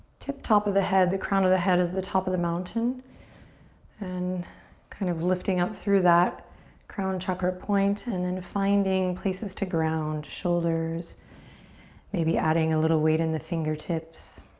tip top of the head, the crown of the head, as the top of the mountain and kind of lifting up through that crown chakra point and then finding places to ground. shoulders maybe adding a little weight in the fingertips.